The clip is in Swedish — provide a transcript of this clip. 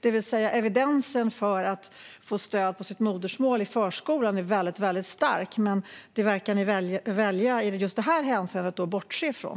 Evidensen för att i förskolan få stöd för sitt eget modersmål är väldigt stark. Det verkar ni i detta hänseende välja att bortse från.